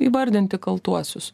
įvardinti kaltuosius